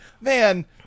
Man